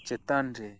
ᱪᱮᱛᱟᱱ ᱨᱮ